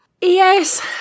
Yes